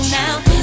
now